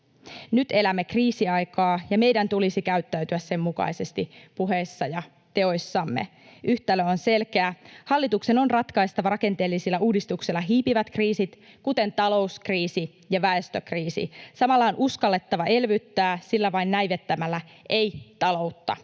Nyt elämme kriisiaikaa, ja meidän tulisi käyttäytyä sen mukaisesti puheissamme ja teoissamme. Yhtälö on selkeä. Hallituksen on ratkaistava rakenteellisilla uudistuksilla hiipivät kriisit, kuten talouskriisi ja väestökriisi. Samalla on uskallettava elvyttää, sillä vain näivettämällä ei taloutta